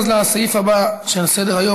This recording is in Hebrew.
לסעיף הבא שעל סדר-היום,